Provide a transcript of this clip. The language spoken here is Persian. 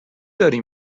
داری